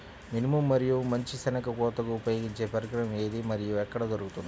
మినుము మరియు మంచి శెనగ కోతకు ఉపయోగించే పరికరం ఏది మరియు ఎక్కడ దొరుకుతుంది?